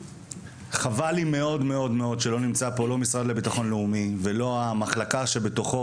חבל לי מאוד שלא נמצא פה המשרד לביטחון לאומי ולא המחלקה שבתוכו,